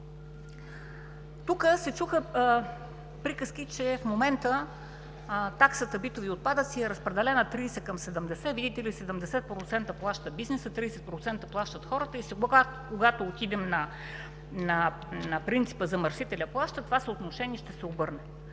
Тук се чуха приказки, че в момента таксата битови отпадъци е разпределена 30 към 70, видите ли – 70% плаща бизнесът, 30% плащат хората, и сега, когато отидем на принципа „Замърсителят плаща“, това съотношение ще се обърне.